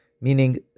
Meaning